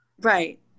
Right